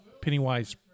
Pennywise